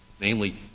Namely